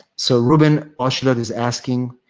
so, ruben oshlad is asking,